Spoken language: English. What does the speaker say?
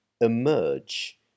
emerge